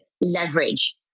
leverage